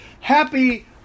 Happy